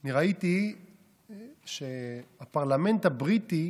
אני ראיתי שהפרלמנט הבריטי